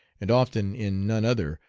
and often in none other,